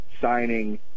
signing